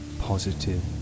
positive